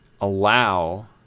allow